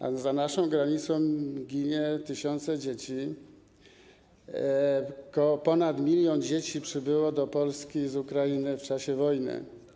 Ale za naszą granicą ginie tysiące dzieci, ponad milion dzieci przybyło do Polski z Ukrainy w czasie wojny.